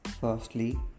Firstly